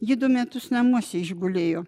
ji du metus namuose išgulėjo